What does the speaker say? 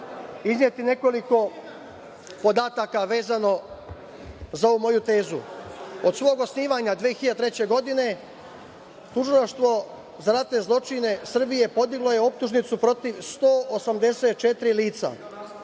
nekoliko podataka vezano za ovu moju tezu. Od svog osnivanja 2003. godine Tužilaštvo za ratne zločine Srbije podiglo je optužnicu protiv 184 lica,